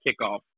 kickoff